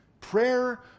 Prayer